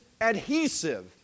adhesive